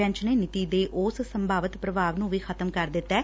bench ਨੇ ਨੀਤੀ ਦੇ ਉਸ ਸੰਭਾਵਤ ਪੁਭਾਵ ਨੂੰ ਵੀ ਖ਼ਤਮ ਕਰ ਦਿੱਤੈ